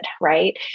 right